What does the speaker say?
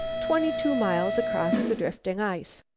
twenty-two miles across the drifting ice.